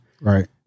Right